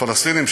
הפלסטינים,